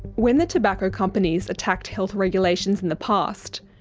when the tobacco companies attacked health regulations in the past,